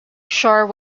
shore